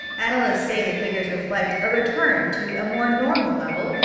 analysts say the figures reflect a return to a more normal level,